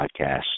podcast